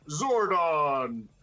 Zordon